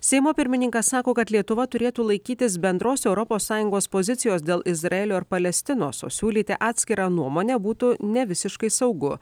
seimo pirmininkas sako kad lietuva turėtų laikytis bendros europos sąjungos pozicijos dėl izraelio ir palestinos o siūlyti atskirą nuomonę būtų nevisiškai saugu